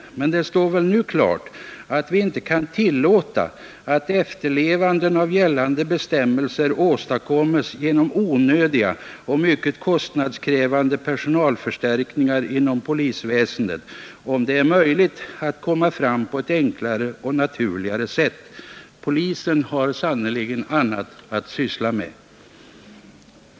Men det står väl nu klart att vi inte kan tillåta att efterlevnaden av gällande bestämmelser åstadkommes genom onödiga och mycket kostnadskrävande personalförstärkningar inom polisväsendet, om det är möjligt att komma fram på ett enklare och naturligare sätt. Polisen har sannerligen annat att syssla med.